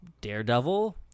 Daredevil